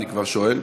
אני כבר שואל.